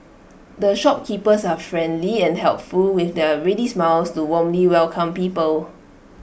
the shopkeepers are friendly and helpful with their ready smiles to warmly welcome people